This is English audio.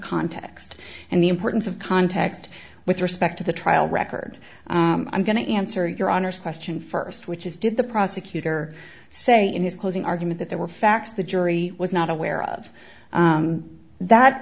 context and the importance of context with respect to the trial record i'm going to answer your honor's question first which is did the prosecutor say in his closing argument that there were facts the jury was not aware of that